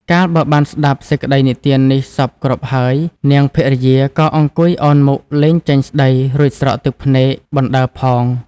កាលបើបានស្តាប់សេចក្ដីនិទាននេះសព្វគ្រប់ហើយ នាងភរិយាក៏អង្គុយអោនមុខលែងចេញស្តី រួចស្រក់ទឹកភ្នែកបណ្តើរផង។